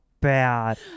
bad